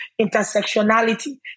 intersectionality